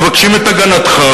מבקשים את הגנתך.